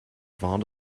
fond